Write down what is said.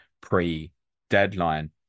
pre-deadline